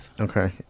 okay